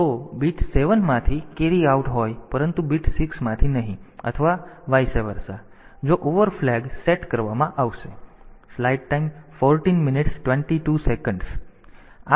તેથી બીટ 7 માંથી carry out હોય પરંતુ બીટ 6 માંથી નહીં અથવા તેનાથી વિપરીત જો ઓવરફ્લો ફ્લેગ સેટ કરવામાં આવશે